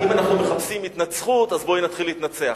אם אנחנו מחפשים התנצחות, אז בואי נתחיל להתנצח.